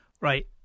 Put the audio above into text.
Right